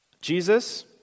Jesus